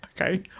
Okay